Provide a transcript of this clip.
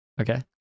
okay